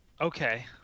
Okay